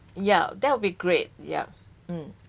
yeah that would be great yup mm